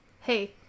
hey